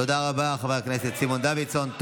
תודה רבה, חבר הכנסת סימון דוידסון.